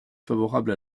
favorable